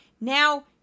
Now